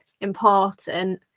important